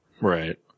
Right